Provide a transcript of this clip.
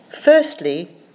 Firstly